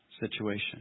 situation